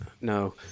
no